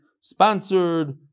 sponsored